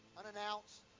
unannounced